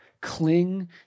Cling